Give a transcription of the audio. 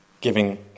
giving